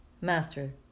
Master